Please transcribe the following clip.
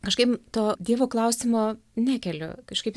kažkaip to dievo klausimo nekeliu kažkaip